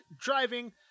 driving